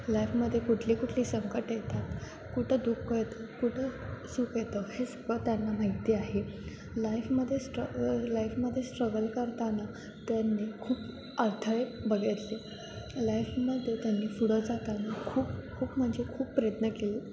लाईफमध्ये कुठली कुठली संकटं येतात कुठं दुःख येतं कुठं सुख येतं हे सगळं त्यांना माहिती आहे लाईफमध्ये स्ट्रग लाइफमध्ये स्ट्रगल करताना त्यांनी खूप अडथळे बघितले लाईफमध्ये त्यांनी पुढं जाताना खूप खूप म्हणजे खूप प्रयत्न केले